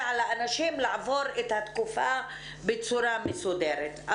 לאנשים לעבור את התקופה בצורה מסודרת.